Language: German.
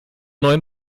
neuen